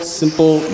simple